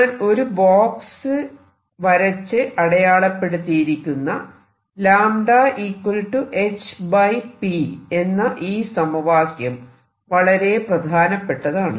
ഞാൻ ഒരു ബോക്സ് വരച്ച് അടയാളപ്പെടുത്തിയിരിക്കുന്ന λhp എന്ന ഈ സമവാക്യം വളരെ പ്രധാനപ്പെട്ടതാണ്